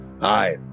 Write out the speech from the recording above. Hi